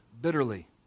bitterly